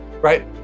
right